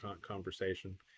conversation